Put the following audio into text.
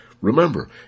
Remember